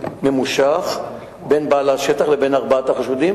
ממושך בין בעל השטח לבין ארבעת החשודים,